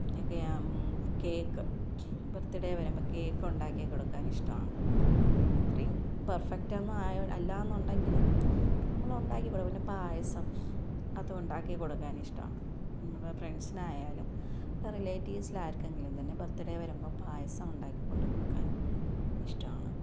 പിന്നെ ഒക്കെ cake birthday വരുമ്പോൾ കേക്ക് ഉണ്ടാക്കി കൊടുക്കാന് ഇഷ്ടമാണ് അത്രയും പെര്ഫെക്റ്റ് ഒന്നും ആയ അല്ലായെന്നുണ്ടെങ്കിലും അപ്പം നമ്മൾ ഉണ്ടാക്കി കൊടുക്കും പിന്നെ പായസം അതും ഉണ്ടാക്കി കൊടുക്കാന് ഇഷ്ടമാണ് നമ്മുടെ ഫ്രണ്ട്സിനായാലും റിലേറ്റിവ്സിൽ ആര്ക്കെങ്കിലും തന്നെ ബര്ത്ത്ഡേ വരുമ്പോൾ പായസം ഉണ്ടാക്കി കൊണ്ട് കൊടുക്കാന് ഇഷ്ടമാണ്